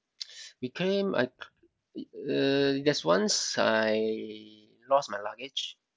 we claim I uh there's once I lost my luggage